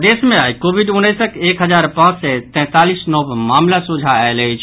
प्रदेश मे आइ कोविड उन्नैसक एक हजार पांच सय तैंतालीस नव मामिला सोझा आयल अछि